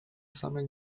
same